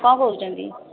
କଣ କହୁଛନ୍ତି